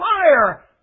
fire